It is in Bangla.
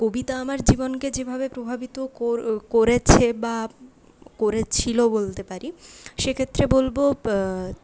কবিতা আমার জীবনকে যেভাবে প্রভাবিত করেছে বা করেছিলো বলতে পারি সেক্ষেত্রে বলব